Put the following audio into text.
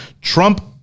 Trump